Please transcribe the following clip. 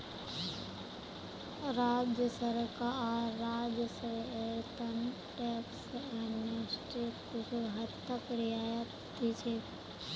राज्य सरकार राजस्वेर त न टैक्स एमनेस्टीत कुछू हद तक रियायत दी छेक